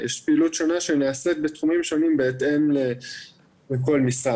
כמו: אנשים עם מוגבלות.